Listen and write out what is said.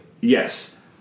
Yes